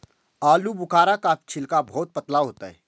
आलूबुखारा का छिलका बहुत पतला होता है